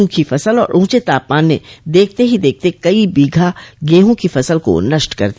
सूखी फसल और ऊंचे तापमान ने देखते ही देखते कई बीघा गेहूं की फसल को नष्ट कर दिया